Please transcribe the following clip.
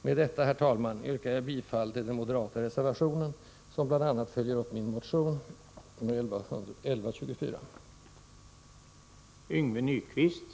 Med detta, herr talman, yrkar jag bifall till den moderata reservationen, som bl.a. följer upp min motion nr 1124.